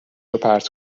روپرت